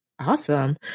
Awesome